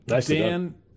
Dan